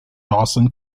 dawson